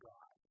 God